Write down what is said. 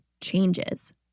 changes